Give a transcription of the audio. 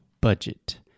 budget